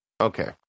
Okay